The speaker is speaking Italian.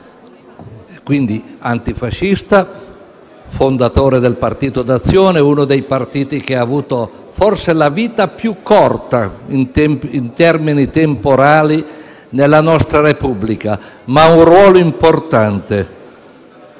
fu antifascista e fondatore del Partito d'Azione, uno dei partiti che ha avuto forse la vita più corta in termini temporali nella nostra Repubblica, ma un ruolo importante.